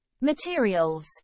Materials